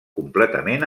completament